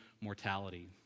mortality